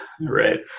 Right